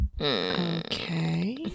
Okay